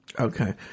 Okay